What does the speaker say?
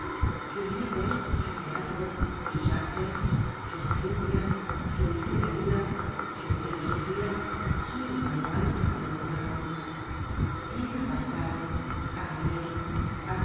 sus libros su teatro sus artes sus ciencias su literatura su filosofía son los manuales del género humano tiene á pascal